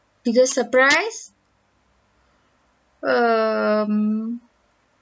biggest surprise um